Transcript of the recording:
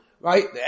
right